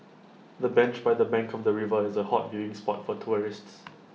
the bench by the bank of the river is A hot viewing spot for tourists